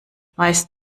weißt